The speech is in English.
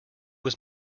was